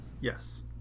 Yes